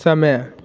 समय